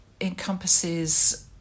encompasses